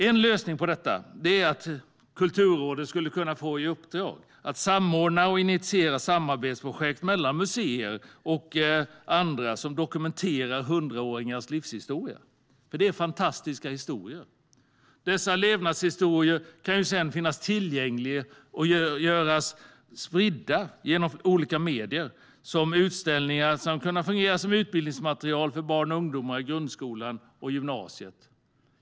En lösning på detta skulle kunna vara att Kulturrådet får i uppdrag att samordna och initiera samarbetsprojekt mellan museer och andra som dokumenterar 100-åringars livshistoria. Det är nämligen fantastiska historier. Dessa levnadshistorier kan sedan finnas tillgängliga och spridas genom olika medier, finnas som utställningar samt kunna fungera som utbildningsmaterial för barn och ungdomar i grundskolan och i gymnasiet.